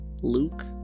luke